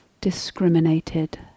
discriminated